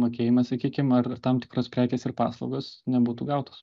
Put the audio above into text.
mokėjimas sakykim ar tam tikros prekės ir paslaugos nebūtų gautos